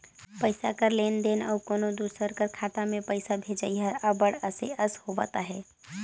पइसा कर लेन देन अउ कोनो दूसर कर खाता में पइसा भेजई हर अब्बड़ असे अस होवत अहे